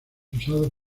usado